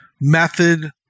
method